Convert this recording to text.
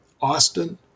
Austin